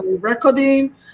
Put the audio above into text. recording